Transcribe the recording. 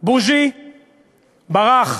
בוז'י ברח,